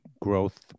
growth